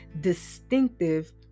distinctive